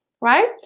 right